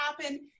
happen